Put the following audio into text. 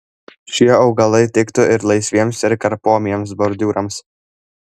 šie augalai tiktų ir laisviems ir karpomiems bordiūrams